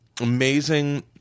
amazing